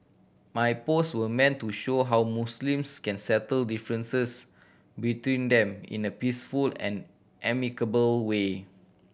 my post were meant to show how Muslims can settle differences between them in a peaceful and amicable way